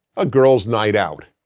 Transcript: a girls' night out.